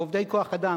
ועובדי כוח-אדם,